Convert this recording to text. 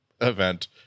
event